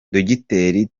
dogiteri